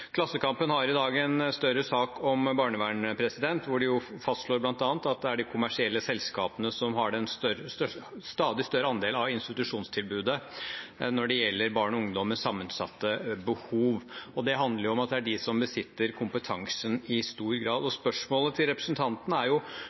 hvor de bl.a. fastslår at det er de kommersielle selskapene som har en stadig større andel av institusjonstilbudet for barn og ungdom med sammensatte behov, og det handler om at det er de som besitter kompetansen i stor grad. Spørsmålet til representanten er: